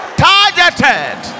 targeted